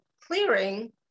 clearing